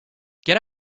get